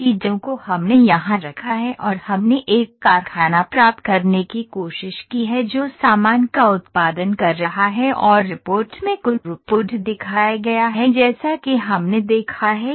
उन चीजों को हमने यहां रखा है और हमने एक कारखाना प्राप्त करने की कोशिश की है जो सामान का उत्पादन कर रहा है और रिपोर्ट में कुल थ्रूपुट दिखाया गया है जैसा कि हमने देखा है